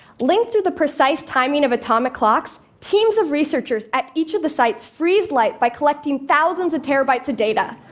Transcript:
linked through the precise timing of atomic clocks, teams of researchers at each of the sites freeze light by collecting thousands of terabytes of data.